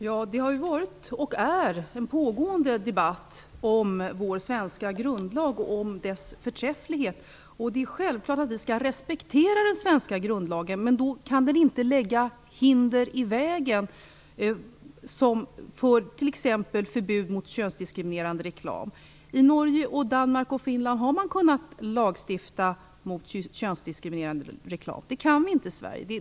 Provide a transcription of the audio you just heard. Fru talman! Det har pågått och pågår en debatt om vår svenska grundlag och dess förträfflighet. Det är självklart att vi skall respektera den svenska grundlagen, men då kan den inte lägga hinder i vägen för t.ex. Danmark och Finland har man kunnat lagstifta mot könsdiskriminerande reklam, men det kan vi inte göra i Sverige.